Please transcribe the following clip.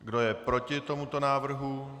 Kdo je proti tomuto návrhu?